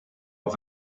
are